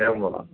एवं वा